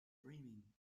dreaming